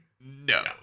No